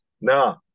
No